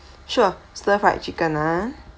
sure stir fried chicken ah